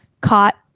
caught